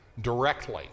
directly